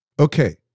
Okay